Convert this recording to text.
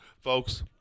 Folks